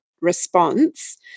response